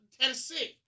Tennessee